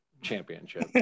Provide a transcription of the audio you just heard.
championship